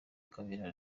kabera